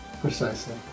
Precisely